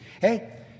Hey